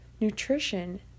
nutrition